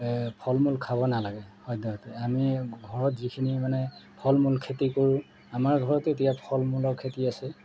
ফল মূল খাব নালাগে সদ্যহতে আমি ঘৰত যিখিনি মানে ফল মূল খেতি কৰোঁ আমাৰ ঘৰতো এতিয়া ফল মূলৰ খেতি আছে